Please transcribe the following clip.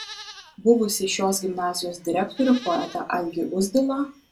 buvusį šios gimnazijos direktorių poetą algį uzdilą